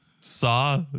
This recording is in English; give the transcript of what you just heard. saw